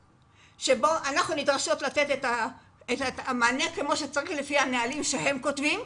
שבו אנחנו נדרשות לתת מענה כמו שצריך לפי הנהלים שהם כותבים.